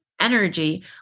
energy